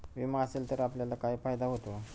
विमा असेल तर आपल्याला काय फायदा होतो?